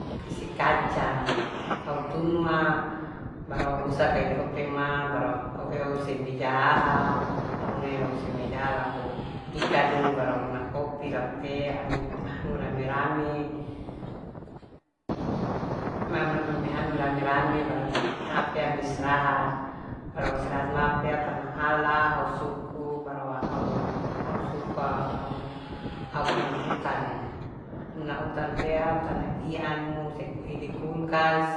Kukis kacang au tunua baru au husa kai di open ma baru au eu use mejahaha au une huse mejahah laku pikadu baru au una kopi laku te baru ami anu rame-rame mam anu ami rame-rame baru ami ape, ami istirahat baru au istirahat ma pea ina ala au suku baru au una utanu una utan pea au tana ianu seku idi kulkas